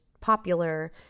popular